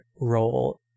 role